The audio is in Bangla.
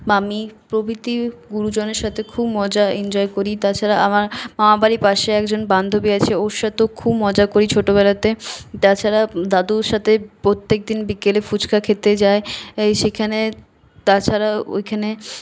মামি প্রভৃতি গুরুজনের সাথে খুব মজা এনজয় করি তাছাড়া আমার মামাবাড়ির পাশে একজন বান্ধবী আছে ওর সাথেও খুব মজা করি ছোটবেলাতে তাছাড়া দাদুর সাথে প্রত্যেকদিন বিকেলে ফুচকা খেতে যাই সেখানে তাছাড়া ওইখানে